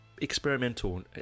experimental